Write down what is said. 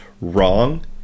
wrong